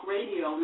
Radio